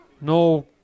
No